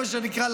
מה שנקרא,